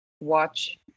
watch